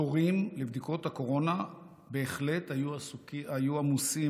התורים לבדיקות הקורונה בהחלט היו עמוסים